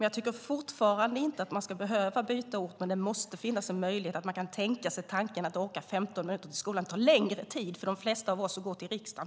Jag tycker fortfarande inte att man ska behöva byta ort, men det måste vara möjligt att tänka sig att åka 15 minuter till skolan. Det tar faktiskt längre tid för de flesta av oss att gå till riksdagen.